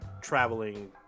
traveling